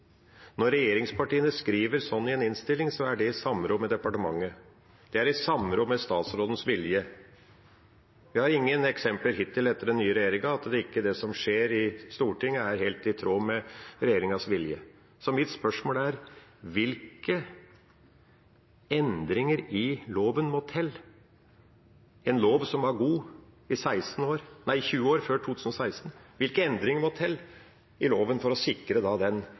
Når regjeringspartiene skriver sånn i en innstilling, er det i samråd med departementet, det er i samråd med statsrådens vilje. Vi har med den nye regjeringa hittil ingen eksempler på at det som skjer i Stortinget, ikke er helt i tråd med regjeringas vilje. Så mitt spørsmål er: Hvilke endringer i loven må til – en lov som var god i 20 år, før 2016 – for å sikre den åpenheten som en da ikke har anledning til etter loven